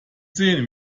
sehen